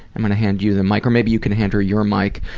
i'm gonna hand you the mic or maybe you can hand her your mic.